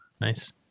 Nice